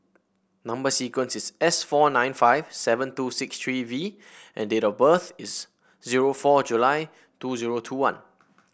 number sequence is S four nine five seven two six three V and date of birth is zero four July two zero two one